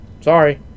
sorry